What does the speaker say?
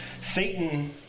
Satan